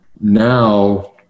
now